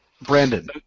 Brandon